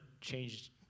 changed